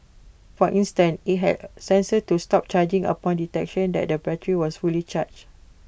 for instance IT had sensor to stop charging upon detection that the battery was fully charged